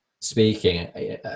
speaking